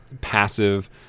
passive